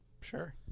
Sure